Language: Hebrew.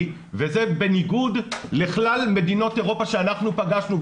וזה בניגוד לכלל מדינות אירופה שאנחנו פגשנו,